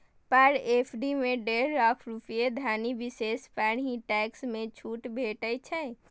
पर FD मे डेढ़ लाख रुपैया धरि निवेश पर ही टैक्स मे छूट भेटै छै